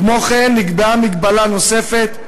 כמו כן, נקבעה מגבלה נוספת,